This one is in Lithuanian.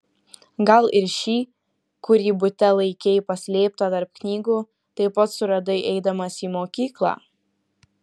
gal ir šį kurį bute laikei paslėptą tarp knygų taip pat suradai eidamas į mokyklą